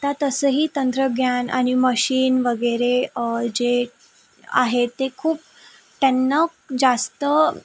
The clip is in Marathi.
आत्ता तसंही तंत्रज्ञान आणि मशीन वगैरे जे आहेत ते खूप त्यांना जास्त